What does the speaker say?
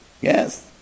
Yes